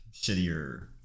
shittier